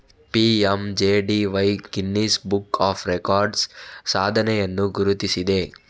PMJDY Guinness book of world records ಸಾಧನೆಯನ್ನು ಗುರುತಿಸಿದೆ